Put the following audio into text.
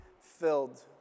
filled